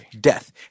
death